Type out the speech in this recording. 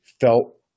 felt